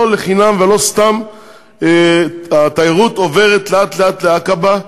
לא לחינם ולא סתם התיירות עוברת לאט-לאט לעקבה,